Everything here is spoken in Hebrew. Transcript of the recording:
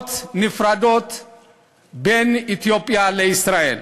שמשפחות מופרדות בין אתיופיה לישראל,